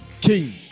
king